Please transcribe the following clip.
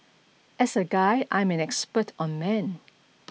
as a guy I'm an expert on men